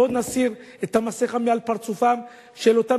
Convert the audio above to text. בואו נסיר את המסכה מעל פרצופם של אותם